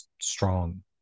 strong